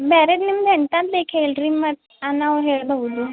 ಬ್ಯಾರೆದು ನಿಮ್ಗೆ ಎಂಥದ್ದು ಬೇಕು ಹೇಳ್ರಿ ಮತ್ತೆ ನಾವು ಹೇಳಬಹುದು